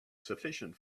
sufficient